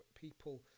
people